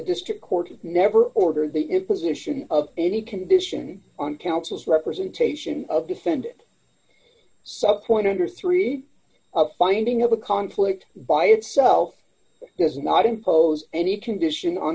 district court has never ordered the imposition of any condition on counsel's representation of defend it some point under three of finding of a conflict by itself does not impose any condition on